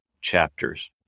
chapters